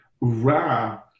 Ra